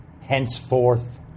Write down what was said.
henceforth